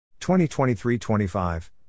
2023-25